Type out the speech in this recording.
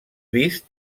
vist